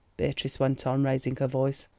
beatrice went on, raising her voice,